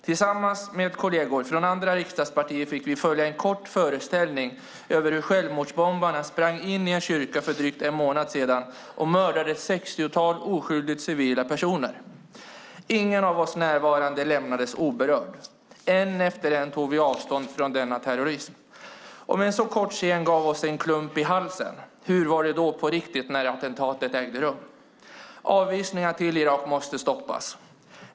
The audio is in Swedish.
Tillsammans med kolleger från andra riksdagspartier följde vi en kort föreställning över hur själmordsbombarna för drygt en månad sedan sprang in i en kyrka och mördade ett sextiotal civila oskyldiga personer. Ingen av oss närvarande lämnades oberörd. En efter en tog vi avstånd från denna terrorism. Om en så kort scen gav oss en klump i halsen, hur var det då på riktigt, när attentatet ägde rum? Avvisningarna till Irak måste stoppas.